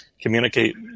communicate